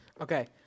Okay